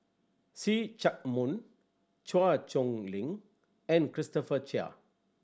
See Chak Mun Chua Chong Long and Christopher Chia